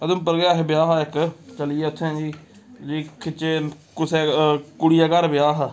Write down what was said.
उधमपुर गै अह ब्याह् हा इक चली गे उत्थें जी खिच्चे कुसै कुड़ी दा घर ब्याह् हा